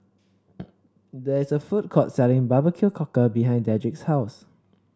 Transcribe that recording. there is a food court selling Barbecue Cockle behind Dedric's house